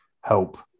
help